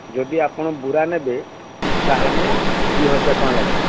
ଯଦି ଆପଣ ବୁରା ନେବେ ତାହେଲେ ଦୁଇ ହଜାର ଟଙ୍କା ଲାଗିବ